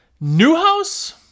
Newhouse